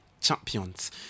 champions